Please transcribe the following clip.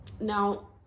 Now